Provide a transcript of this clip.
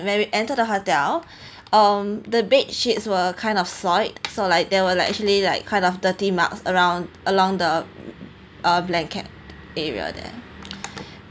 when we enter the hotel uh the bed sheets were kind of soiled so like there were like actually like kind of dirty marks around along the uh blanket area there